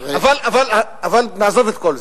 אבל נעזוב את כל זה.